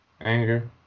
Anger